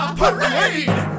parade